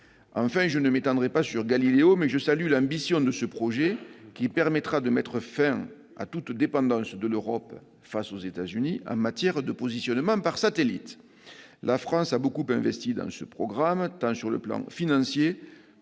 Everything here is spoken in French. Enfin, je ne m'étendrai pas sur Galileo, mais je salue l'ambition de ce projet, qui permettra de mettre fin à toute dépendance de l'Europe vis-à-vis des États-Unis en matière de positionnement par satellite. La France a beaucoup investi dans ce programme, sur le plan tant financier